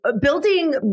building